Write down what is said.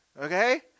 Okay